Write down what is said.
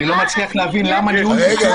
אני לא מצליח להבין למה ניהול פיקוח בנייה את מחריגה